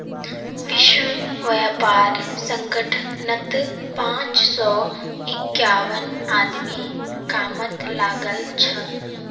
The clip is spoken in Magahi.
विश्व व्यापार संगठनत पांच सौ इक्यावन आदमी कामत लागल छ